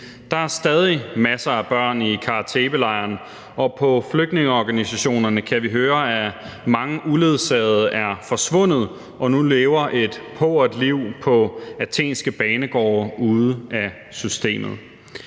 Der er stadig masser af børn i Kara Tepe-lejren, og på flygtningeorganisationerne kan vi høre, at mange uledsagede er forsvundet og nu lever et pauvert liv på athenske banegårde, ude af systemet.